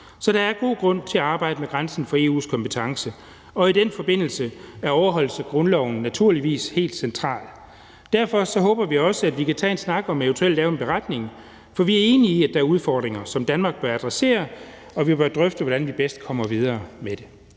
Så der er god grund til at arbejde med grænsen for EU's kompetence, og i den forbindelse er overholdelse af grundloven naturligvis helt central. Derfor håber vi også, at vi kan tage en snak og eventuelt lave en beretning, for vi er enige i, at der er udfordringer, som Danmark bør adressere, og vi bør drøfte, hvordan vi bedst kommer videre med det.